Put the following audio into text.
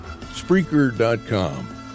Spreaker.com